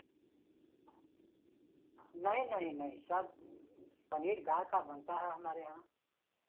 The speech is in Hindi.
नहीं नहीं नहीं सब पनीर गाय का बनता है हमारे यहाँ